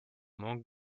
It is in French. manque